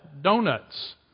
donuts